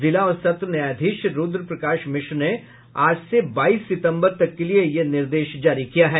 जिला और सत्र न्यायधीश रूद्र प्रकाश मिश्रा ने आज से बाईस सितम्बर तक के लिए यह निर्देश जारी किया है